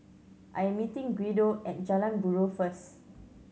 I am meeting Guido at Jalan Buroh first